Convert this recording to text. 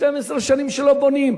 12 שנים שלא בונים,